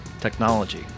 technology